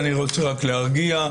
אני רוצה רק להרגיע,